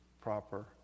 proper